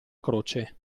croce